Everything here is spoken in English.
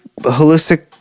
holistic